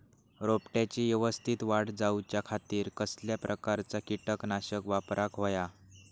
रोपट्याची यवस्तित वाढ जाऊच्या खातीर कसल्या प्रकारचा किटकनाशक वापराक होया?